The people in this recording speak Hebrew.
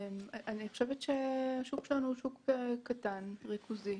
אני חושבת שהשוק שלנו הוא שוק קטן, ריכוזי.